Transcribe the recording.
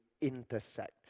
intersect